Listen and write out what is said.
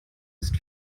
ist